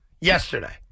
yesterday